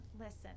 listen